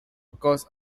because